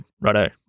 Righto